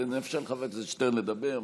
אנחנו נאפשר לחבר הכנסת שטרן לדבר.